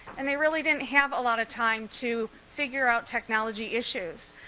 and they really didn't have a lot of time to figure out technology issues.